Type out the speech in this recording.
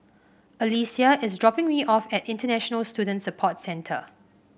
Alesia is dropping me off at International Student Support Centre